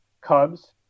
Cubs